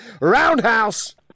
Roundhouse